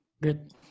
Good